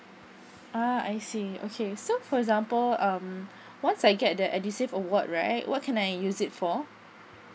uh I see okay so for example um once I get the edusave award right what can I use it for